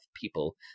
people